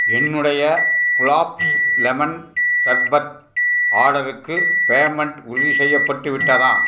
என்னுடைய குலாப்ஸ் லெமன் சர்பத் ஆர்டருக்கு பேமெண்ட் உறுதி செய்யப்பட்டு விட்டதா